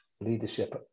Leadership